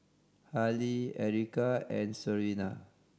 Hailie Erykah and Serena